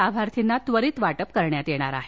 लाभार्थ्यांना त्वरीत वाटप करण्यात येणार आहे